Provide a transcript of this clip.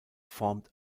formed